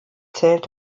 zählt